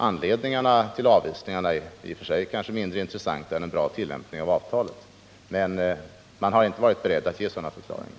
Anledningarna till avvisningarna är i och för sig mindre intressanta än en bra tillämpning av 173 avtalet. Men man har från den polska sidan inte varit beredd att ge sådana förklaringar.